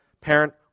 parent